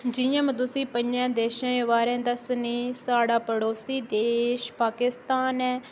जियां में तुसेंगी पंजें देशे दे बारै दस्सनी साढ़ा पड़ोसी देश पाकिस्तान ऐ